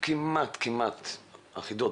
כמעט אחידות.